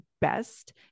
best